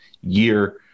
year